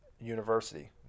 University